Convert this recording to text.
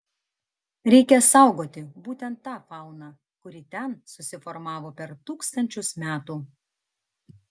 reikia saugoti būtent tą fauną kuri ten susiformavo per tūkstančius metų